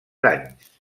anys